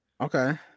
Okay